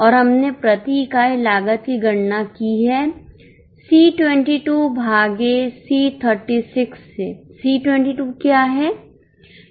और हमने प्रति इकाई लागत की गणना की है C22 भागे C 36 से C 22 क्या है